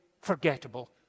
forgettable